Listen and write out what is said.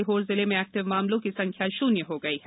सीहोर जिल में एक्टिव मामलों की संख्या शून्य हो गई है